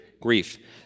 grief